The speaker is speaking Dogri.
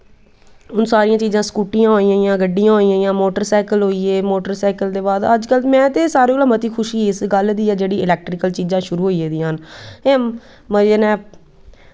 हून सारियां चीजां स्कूटियां होइयां जां गड्डियां होइयां मोटर सैकल होई गे मोटर सैकल दे बाद अजकल्ल मैं ते सारें कोला मती खुशी इस गल्ल दी ऐ जेह्ड़ी इलैक्ट्रीकल चीजां शुरू होई गेदियां न ओह् मजे न